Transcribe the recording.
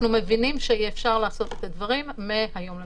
אנחנו מבינים שאי אפשר לעשות את הדברים מהיום למחר.